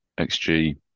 XG